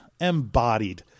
embodied